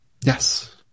Yes